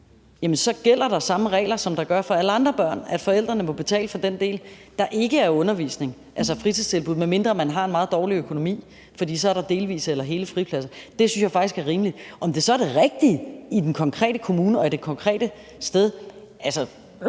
så gælder der samme regler, som der gør for alle andre børn, nemlig at forældrene må betale for den del, der ikke er undervisning, altså fritidstilbuddet, medmindre man har en meget dårlig økonomi, for så er der delvise eller hele fripladser. Det synes jeg faktisk er rimeligt. I forhold til om det så er det rigtige i den konkrete kommune og det konkrete sted, vil